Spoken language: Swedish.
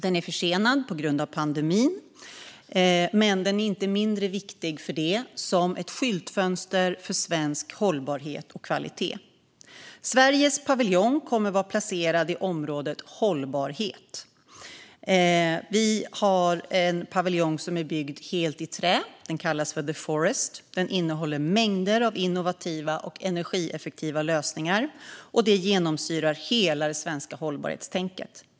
Den är försenad på grund av pandemin men icke desto mindre viktig som skyltfönster för svensk hållbarhet och kvalitet. Sveriges paviljong kommer att vara placerad i området för hållbarhet. Den kallas The Forest, är byggd helt i trä och innehåller mängder av innovativa och energieffektiva lösningar som genomsyrar hela det svenska hållbarhetstänket.